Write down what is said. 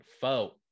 foe